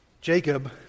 Jacob